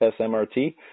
SMRT